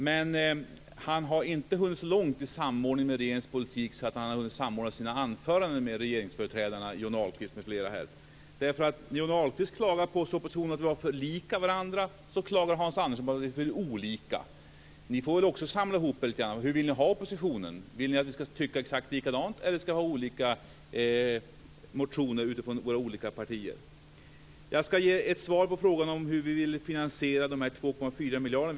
Men han har inte hunnit så långt i samordning med regeringens politik att han har hunnit samordna sina anföranden med regeringsföreträdarna Johnny Ahlqvist m.fl. Johnny Ahlqvist klagar på att partierna i oppositionen är för lika varandra. Hans Andersson klagar på att vi är för olika. Ni får väl också samla ihop er lite grann. Hur vill ni ha oppositionen? Vill ni att vi ska tycka exakt likadant, eller ska vi ha olika motioner utifrån våra olika partier? Jag ska ge ett svar på frågan om hur vi vill finansiera dessa 2,4 miljarder.